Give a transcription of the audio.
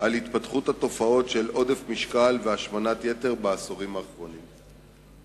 על התפתחות התופעות של עודף משקל והשמנת יתר בעשורים האחרונים.